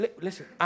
Listen